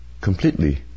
completely